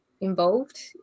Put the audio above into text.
involved